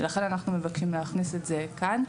לכן אנחנו מבקשים להכניס את זה כאן.